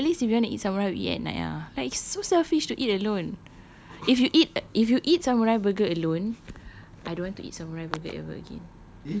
no lah at least if you want to eat samurai we eat at night ah like so selfish to eat alone if you eat if you eat samurai burger alone I don't want to eat samurai burger ever again